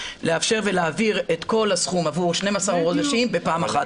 לאפשר להעביר את כל הסכום עבור 12 חודשים בפעם אחת.